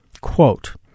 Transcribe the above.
quote